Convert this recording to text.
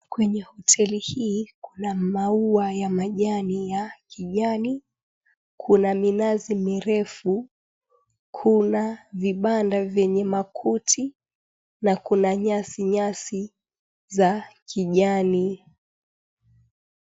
Kwenye hoteli hii kuna maua ya majani ya kijani, kuna minazi mirefu, kuna vibanda vyenye makuti na kuna nyasi nyasi za kijani.